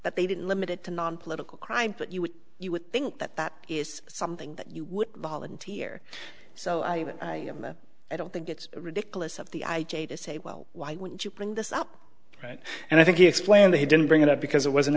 that they didn't limit it to nonpolitical crime but you would you would think that that is something that you would volunteer so i don't think it's ridiculous of the i j a to say well why would you bring this up right and i think he explained that he didn't bring it up because it was